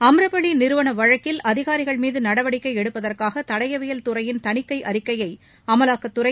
அம்ரபளி நிறுவன வழக்கில் அதிகாரிகள் மீது நடவடிக்கை எடுப்பதற்காக தடயவியல் துறையின் தணிக்கை அறிக்கையை அமலாக்கத்துறை